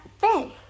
Ben